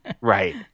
Right